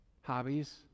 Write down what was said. hobbies